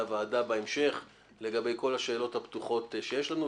הוועדה בהמשך לגבי כל השאלות הפתוחות שיש לנו.